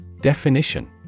Definition